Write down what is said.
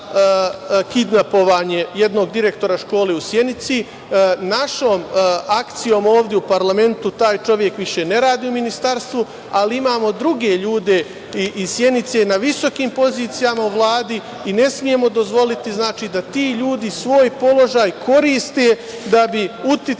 kidnapovanje jednog direktora škole u Sjenici. Našom akcijom ovde u parlamentu taj čovek više ne radi u ministarstvu, ali imamo druge ljude iz Sjenice na visokim pozicijama u Vladi i ne smemo dozvoliti da ti ljudi svoj položaj koriste da bi uticali